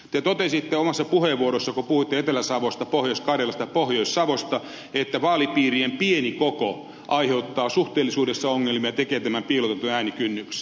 te totesitte omassa puheenvuorossanne kun puhuitte etelä savosta pohjois karjalasta ja pohjois savosta että vaalipiirien pieni koko aiheuttaa suhteellisuudessa ongelmia tekee tämän piilotetun äänikynnyksen